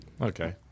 Okay